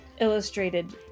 illustrated